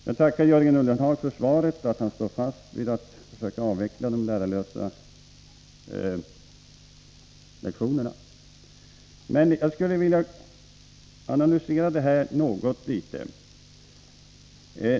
Jag tackar Jörgen Ullenhag för svaret att han står fast vid att man skall försöka avveckla de lärarlösa lektionerna, men jag skulle vilja analysera det hela.